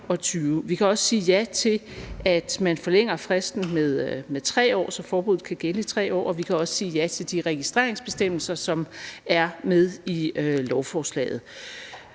Vi kan også sige ja til, at man forlænger fristen med 3 år, så forbuddet kan gælde i 3 år, og vi kan også sige ja til de registreringsbestemmelser, som er med i lovforslaget.